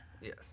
Yes